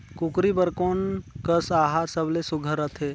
कूकरी बर कोन कस आहार सबले सुघ्घर रथे?